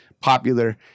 popular